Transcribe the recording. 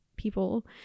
people